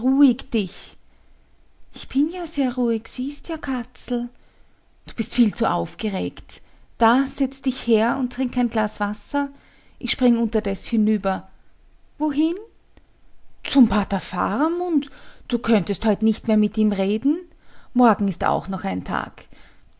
dich ich bin ja sehr ruhig siehst ja katzel du bist viel zu aufgeregt da setz dich her und trink ein glas wasser ich spring unterdes hinüber wohin zum pater faramund du könntest heut nicht mehr mit ihm reden morgen ist auch noch ein tag